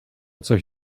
coś